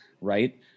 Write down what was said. right